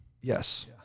Yes